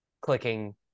clicking –